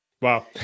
Wow